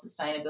sustainability